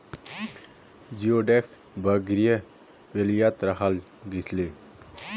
जिओडेक्स वगैरह बेल्वियात राखाल गहिये